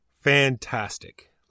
Fantastic